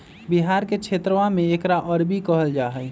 बिहार के क्षेत्रवा में एकरा अरबी कहल जाहई